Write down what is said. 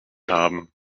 haben